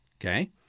okay